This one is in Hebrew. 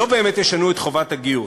לא באמת ישנו את חובת הגיוס.